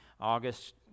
August